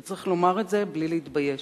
וצריך לומר את זה בלי להתבייש.